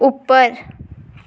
उप्पर